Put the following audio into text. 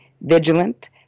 vigilant